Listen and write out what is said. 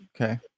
okay